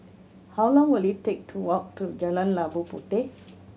how long will it take to walk to Jalan Labu Puteh